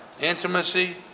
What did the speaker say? intimacy